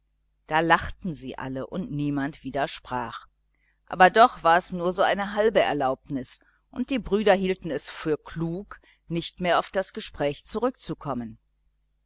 da lachten sie alle und niemand widersprach aber doch war es nur so eine halbe erlaubnis und die brüder hielten es für klug nimmer auf das gespräch zurückzukommen